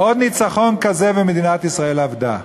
עוד ניצחון כזה, ומדינת ישראל אבדה.